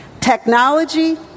Technology